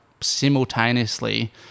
simultaneously